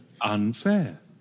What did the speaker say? Unfair